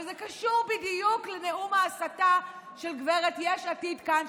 אבל זה קשור בדיוק לנאום ההסתה של גברת יש עתיד כאן,